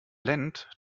lendt